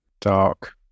Dark